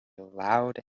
loud